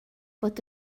bod